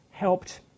Helped